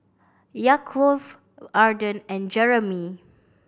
Yaakov Arden and Jeromy